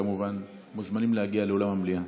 כמובן מוזמנים להגיע לאולם המליאה.